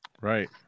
Right